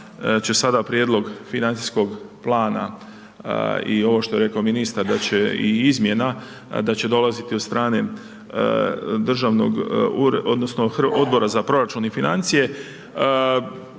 će sada prijedlog financijskog plana i ovog što je rekao ministar da će i izmjena, da će dolaziti od strane Državnog ureda, odnosno Odbora za proračun i financije.